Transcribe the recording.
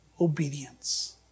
obedience